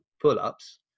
pull-ups